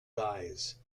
guys